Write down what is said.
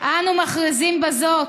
אנו מכריזים בזאת